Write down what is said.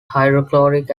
hydrochloric